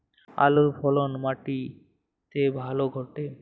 আলুর ফলন মাটি তে ভালো ঘটে?